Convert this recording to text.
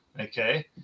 okay